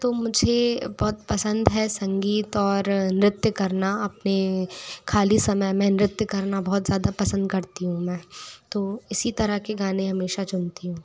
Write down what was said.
तो मुझे बहुत पसंद है संगीत और नृत्य करना अपने ख़ाली समय में नृत्य करना बहुत ज़्यादा पसंद करती हूँ मैं तो इसी तरह के गाने हमेशा चुनती हूँ